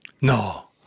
No